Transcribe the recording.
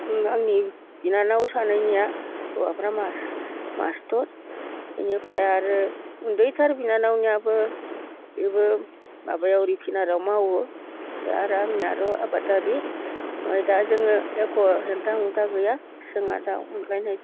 आंनि बिनानाव सानैनिया हौवाफ्रा मास्टार इनिफ्राय आरो उन्दैथार बिनानावनियाबो बेबो माबायाव रिफाइनारियाव मावो जाहा आंनिया आर' आबादारि ओमफाय दा जोङो एख' हेंथा हुंथा गैया जोंहा दा अनलायनाय